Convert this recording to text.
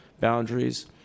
boundaries